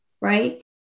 right